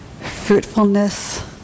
fruitfulness